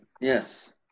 Yes